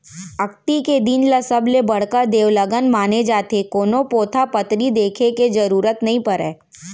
अक्ती के दिन ल सबले बड़का देवलगन माने जाथे, कोनो पोथा पतरी देखे के जरूरत नइ परय